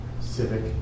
civic